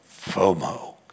FOMO